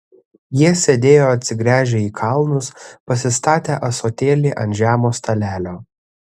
jie sėdėjo atsigręžę į kalnus pasistatę ąsotėlį ant žemo stalelio